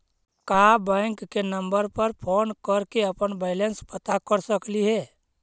का बैंक के नंबर पर फोन कर के अपन बैलेंस पता कर सकली हे?